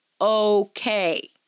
okay